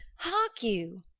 hark you!